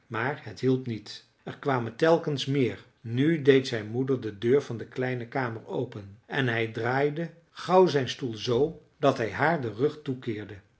maar het hielp niet er kwamen telkens meer nu deed zijn moeder de deur van de kleine kamer open en hij draaide gauw zijn stoel z dat hij haar den rug toekeerde